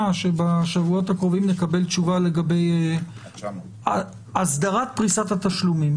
שבשבועות הקרובים נקבל תשובה לגבי הסדרת פריסת התשלומים,